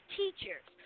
teachers